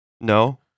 No